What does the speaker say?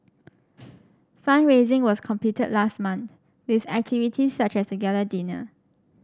fund raising was completed last month with activities such as a gala dinner